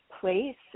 place